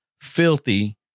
filthy